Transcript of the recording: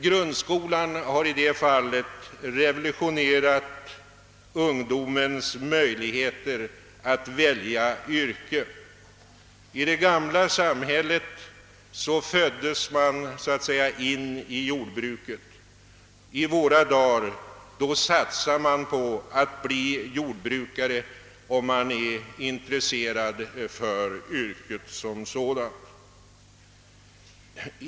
Grundskolan har i det fallet revolutionerat ungdomens möjligheter att välja yrke. I det gamla samhället föddes man så att säga in i jordbruket. I våra dagar satsar man på att bli jordbrukare, om man är intresserad för yrket som sådant.